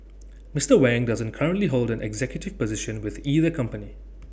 Mister Wang doesn't currently hold an executive position with either company